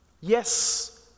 Yes